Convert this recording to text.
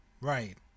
Right